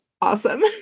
awesome